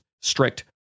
strict